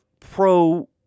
pro